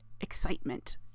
excitement